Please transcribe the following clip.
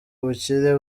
ubukire